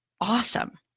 awesome